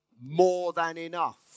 more-than-enough